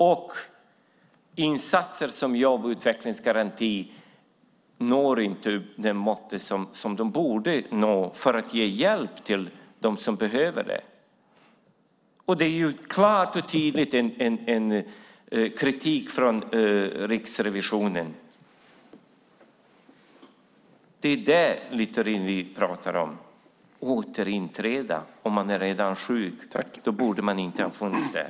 Och insatser, som jobb och utvecklingsgarantin, håller inte det mått som de borde hålla för att ge hjälp till dem som behöver det. Det är klart och tydligt en kritik från Riksrevisionen. Det är det, Littorin, vi pratar om. Det talas om att återinträda om man redan är sjuk. Då borde man inte ha funnits där.